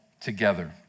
together